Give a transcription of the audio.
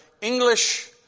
English